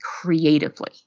creatively